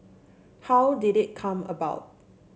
how did it come about